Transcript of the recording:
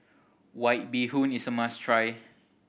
White Bee Hoon is a must try